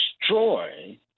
destroy